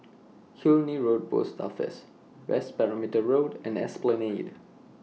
Killiney Road Post Office West Perimeter Road and Esplanade